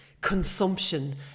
consumption